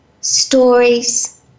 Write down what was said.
stories